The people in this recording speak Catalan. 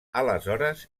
aleshores